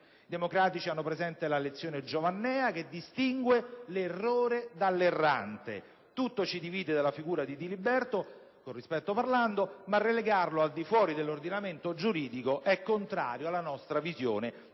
I democratici hanno presente la lezione giovannea che distingue l'errore dall'errante: tutto ci divide dalla figura di Diliberto, con rispetto parlando, ma relegarlo al di fuori dell'ordinamento giuridico è contrario alla nostra visione